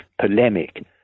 polemic